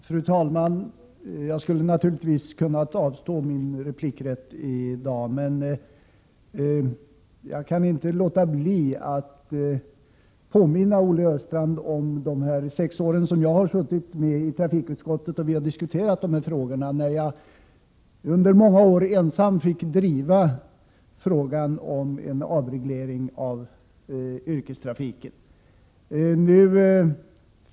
Fru talman! Jag skulle naturligtvis ha kunnat avstå från min replikrätt i dag. Men jag kan inte låta bli att påminna Olle Östrand om de sex år som vi tillsammans i trafikutskottet diskuterade dessa frågor och då jag en stor del av tiden ensam drev förslaget om en avreglering av yrkestrafiken.